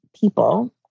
people